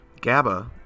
GABA